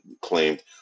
claimed